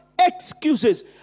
excuses